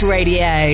Radio